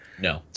No